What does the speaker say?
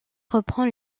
reprend